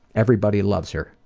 everybody loves her,